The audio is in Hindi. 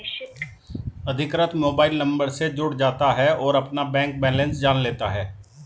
अधिकृत मोबाइल नंबर से जुड़ जाता है और अपना बैंक बेलेंस जान लेता है